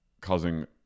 causing